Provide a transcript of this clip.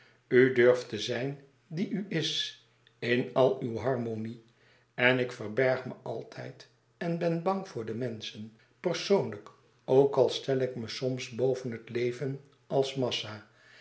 durft te zijn die u is in al uw harmonie en ik verberg me altijd en ben bang voor de menschen persoonlijk ook al stel louis couperus extaze een boek van geluk ik me soms boven het leven als massa